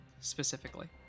specifically